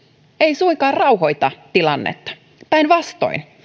ei suinkaan rauhoita tilannetta päinvastoin